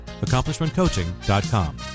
AccomplishmentCoaching.com